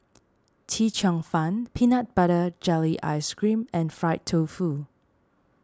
Chee Cheong Fun Peanut Butter Jelly Ice Cream and Fried Tofu